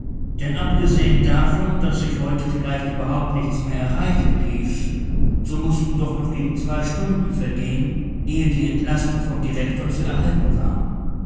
denn abgesehen davon daß sich heute vielleicht überhaupt nichts mehr erreichen ließ so mußten doch noch gegen zwei stunden vergehen ehe die entlassung vom direktor zu erhalten war